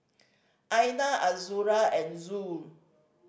Aina Azura and Zul